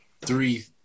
three